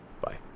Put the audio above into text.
Bye